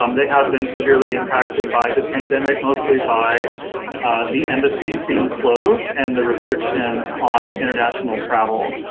um they have been severely impacted by the pandemic. mostly by the embassies being closed and the restrictions on international travel.